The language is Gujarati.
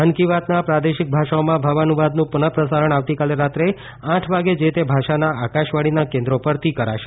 મન કી બાતના પ્રાદેશિક ભાષાઓમાં ભાવાનુવાદનું પુનઃ પ્રસારણ આવતીકાલે રાત્રે આઠ વાગે જે તે ભાષાના આકાશવાણીના કેન્દ્રો પરથી કરાશે